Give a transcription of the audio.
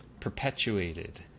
perpetuated